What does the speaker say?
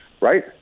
Right